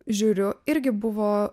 žiūriu irgi buvo